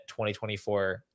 2024